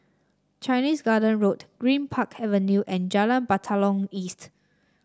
Chinese Garden Road Greenpark Avenue and Jalan Batalong East